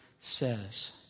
says